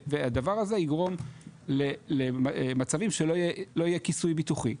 והדבר הזה יגרום למצבים שלא יהיה כיסוי ביטוחי,